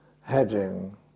heading